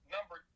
Number